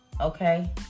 Okay